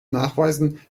nachweisen